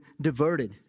diverted